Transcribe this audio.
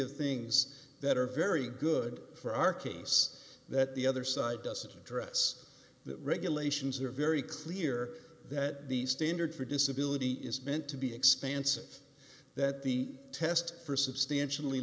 of things that are very good for our case that the other side doesn't address the regulations are very clear that the standard for disability is meant to be expansive that the test for substantially